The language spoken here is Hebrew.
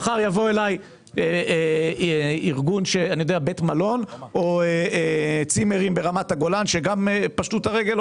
כי מחר יבוא אלי בית מלון או צימר ברמת הגולן שגם פשט את הרגל,